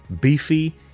beefy